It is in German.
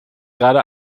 gerade